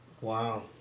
wow